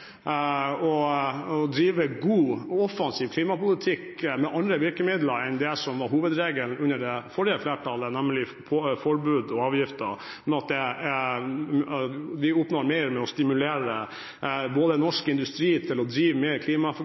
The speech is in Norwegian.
å drive god og offensiv klimapolitikk med andre virkemidler enn det som var hovedregelen under det forrige flertallet, nemlig forbud og avgifter, men at vi oppnår mer ved å stimulere norsk industri til å drive mer